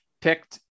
picked